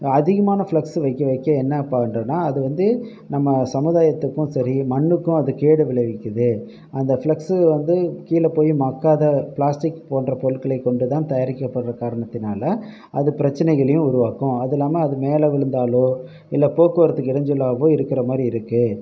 அதிகமான ஃப்ளெக்ஸ் வைக்க வைக்க என்னா பண்ணுறோன்னா அது வந்து நம்ம சமுதாயத்துக்கும் சரி மண்ணுக்கும் அது கேடு விளைவிக்கிறது அந்த ஃப்ளெக்ஸ் வந்து கீழே போய் மக்காத பிளாஸ்டிக் போன்ற பொருட்களை கொண்டு தான் தயாரிக்கப்படற காரணத்தினால் அது பிரச்சினைகளையும் உருவாக்கும் அது இல்லாமல் அது மேலே விழுந்தாலோ இல்லை போக்குவரத்துக்கு இடஞ்சலாவோ இருக்கிற மாதிரி இருக்குது